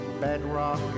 bedrock